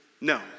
No